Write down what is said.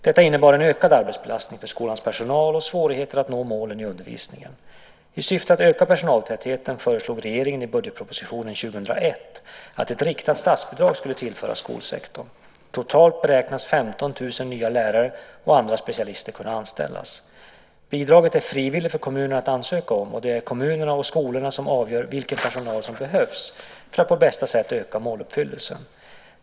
Detta innebar en ökad arbetsbelastning för skolans personal och svårigheter att nå målen i undervisningen. I syfte att öka personaltätheten föreslog regeringen i budgetpropositionen 2001 att ett riktat statsbidrag skulle tillföras skolsektorn. Totalt beräknas 15 000 nya lärare och andra specialister kunna anställas. Bidraget är frivilligt för kommunerna att ansöka om, och det är kommunerna och skolorna som avgör vilken personal som behövs för att på bästa sätt öka måluppfyllelsen.